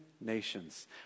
nations